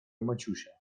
maciusia